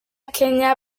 kenya